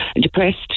depressed